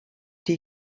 die